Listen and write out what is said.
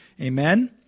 Amen